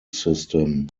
system